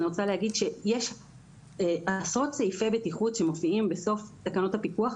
אני רוצה להגיד שעשרות סעיפי בטיחות שמופיעים בסוף תקנות הפיקוח,